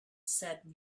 said